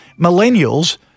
Millennials